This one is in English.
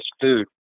food